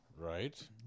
Right